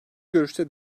görüşte